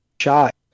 shot